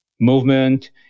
movement